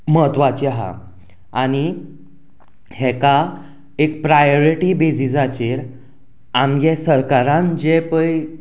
म्हत्वाची आसा आनी हाका एक प्रायोरिटी बेजिसाचेर आमच्या सरकारान जे पळय